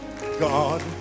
God